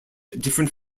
different